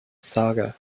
saga